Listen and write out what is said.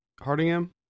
Hardingham